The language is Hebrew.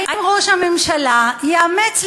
האם ראש הממשלה יאמץ,